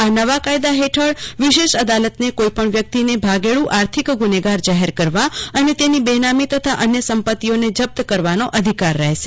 આ નવા કાયદા હેઠળ વિશેષ અદાલતને કોઈપણ વ્યક્તિને ભાગેડુ આર્થિક ગુનેગાર જાહેર કરવા અને તેની બેનામી તથા અન્ય સંપત્તિઓને જપ્ત કરવાનો અધિકાર રહેશે